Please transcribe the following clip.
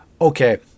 Okay